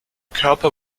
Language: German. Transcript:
körper